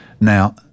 Now